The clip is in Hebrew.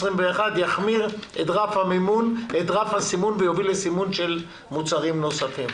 יחמיר את רף הסימון ויוביל לסימון של מוצרים נוספים.